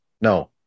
no